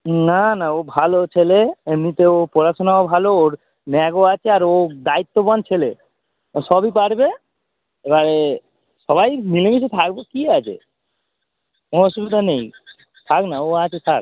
না না ও ভালো ছেলে এমনিতে ও পড়াশুনাও ভালো ওর ন্যাকও আছে আর ও দায়িত্ববান ছেলে ও সবই পারবে এবারে সবাই মিলেমিশে থাকবে কী আছে হ্যাঁ অসুবিধা নেই থাক না ও আছে থাক